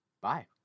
Bye